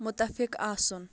مُتفِق آسُن